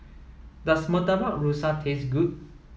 does Murtabak Rusa taste good